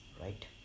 right